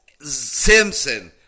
Simpson